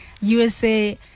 usa